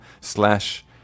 slash